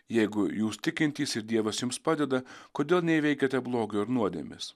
jeigu jūs tikintys ir dievas jums padeda kodėl neįveikiate blogio ir nuodėmės